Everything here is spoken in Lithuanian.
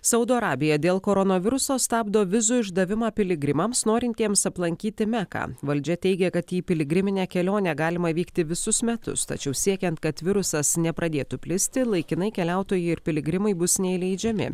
saudo arabija dėl koronaviruso stabdo vizų išdavimą piligrimams norintiems aplankyti meką valdžia teigia kad į piligriminę kelionę galima vykti visus metus tačiau siekiant kad virusas nepradėtų plisti laikinai keliautojai ir piligrimai bus neįleidžiami